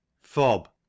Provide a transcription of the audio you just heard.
Fob